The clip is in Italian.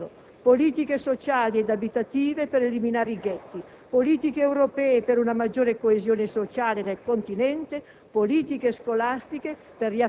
di un intervento a largo spettro: politiche sociali ed abitative per eliminare i ghetti, politiche europee per una maggior coesione sociale nel Continente,